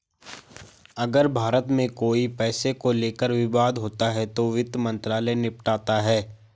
अगर भारत में कोई पैसे को लेकर विवाद होता है तो वित्त मंत्रालय निपटाता है